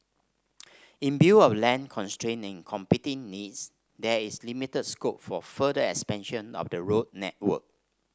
in view of land competing needs there is limited scope for further expansion of the road network